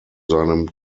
seinem